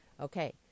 okay